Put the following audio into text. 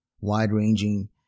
wide-ranging